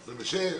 ב-16,